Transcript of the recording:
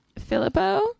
Filippo